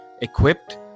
equipped